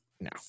No